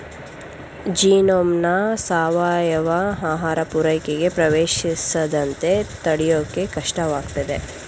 ಜೀನೋಮ್ನ ಸಾವಯವ ಆಹಾರ ಪೂರೈಕೆಗೆ ಪ್ರವೇಶಿಸದಂತೆ ತಡ್ಯೋಕೆ ಕಷ್ಟವಾಗ್ತದೆ